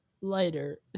lighter